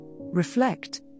reflect